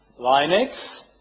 Linux